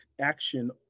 action